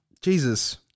Jesus